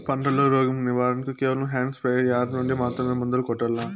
పంట లో, రోగం నివారణ కు కేవలం హ్యాండ్ స్ప్రేయార్ యార్ నుండి మాత్రమే మందులు కొట్టల్లా?